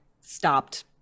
stopped